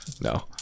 No